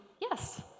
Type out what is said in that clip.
yes